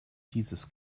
jesus